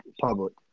public